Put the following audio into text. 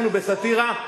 עסקנו בסאטירה,